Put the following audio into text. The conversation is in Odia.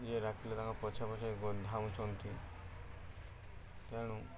ଯିଏ ଡ଼ାକିଲେ ତାଙ୍କ ପଛେ ପଛେ ଧାଉଁଛନ୍ତି ତେଣୁ